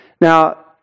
Now